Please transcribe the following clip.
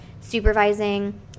supervising